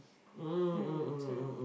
mm so yeah